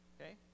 Okay